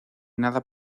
nada